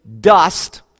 dust